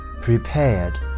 prepared